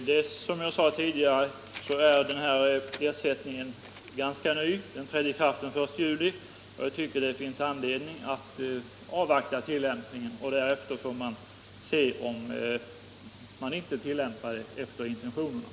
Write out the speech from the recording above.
Herr talman! Som jag tidigare sade är handikappersättningen en ny förmån — den trädde i kraft den 1 juli. Jag tycker att det finns anledning att avvakta och se hur man i tillämpningen följer intentionerna med bestämmelserna.